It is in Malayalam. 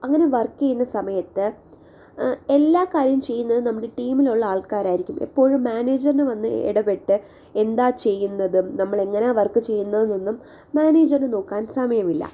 അങ്ങനെ വർക് ചെയ്യുന്ന സമയത്ത് എല്ലാ കാര്യവും ചെയ്യുന്നത് നമ്മുടെ ടീമിലുള്ള ആൾക്കാരായിരിക്കും എപ്പോഴും മാനേജറിന് വന്ന് ഇടപെട്ട് എന്താ ചെയ്യുന്നത് നമ്മൾ എങ്ങനെയാ വർക്ക് ചെയ്യുന്നതൊന്നും മാനേജറിന് നോക്കാൻ സമയമില്ല